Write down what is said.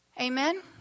Amen